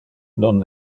non